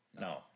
No